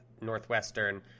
Northwestern